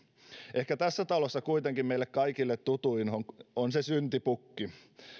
ehkä tässä talossa kuitenkin meille kaikille tutuin on se syntipukki ja